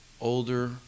older